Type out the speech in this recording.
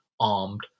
armed